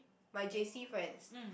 my J_C friends